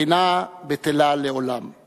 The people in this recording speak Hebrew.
אינה בטלה לעולם";